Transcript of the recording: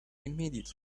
immediately